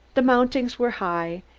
the mountings were high,